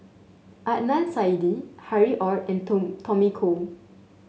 Adnan Saidi Harry Ord and Tom Tommy Koh